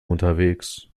unterwegs